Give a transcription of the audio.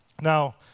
Now